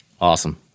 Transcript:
Awesome